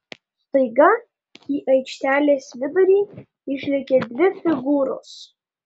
staiga į aikštelės vidurį išlėkė dvi figūros